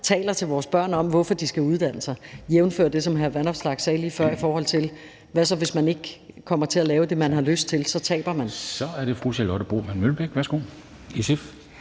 taler til vores børn om, hvorfor de skal uddanne sig – jævnfør det, som hr. Alex Vanopslagh sagde lige før, nemlig at hvis man ikke kommer til at lave det, man har lyst til, så taber man. Kl. 11:19 Formanden (Henrik Dam